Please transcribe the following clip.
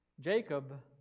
Jacob